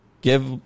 Give